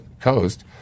coast